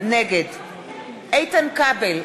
נגד איתן כבל,